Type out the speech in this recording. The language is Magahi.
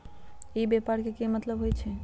ई व्यापार के की मतलब होई छई?